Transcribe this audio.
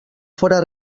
fóra